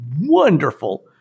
wonderful